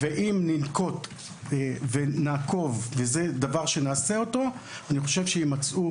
אם ננקוט ונעקוב, וזה דבר שנעשה, אני חושב שיימצאו